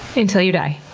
until you die.